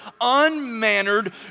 unmannered